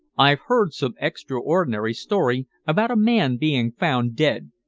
i've heard some extraordinary story about a man being found dead,